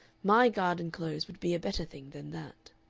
my garden-close would be a better thing than that.